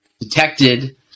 detected